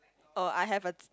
oh I have a